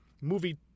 movie